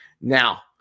Now